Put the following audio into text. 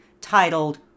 titled